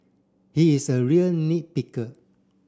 he is a real nit picker